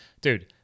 Dude